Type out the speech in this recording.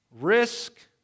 Risk